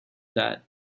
that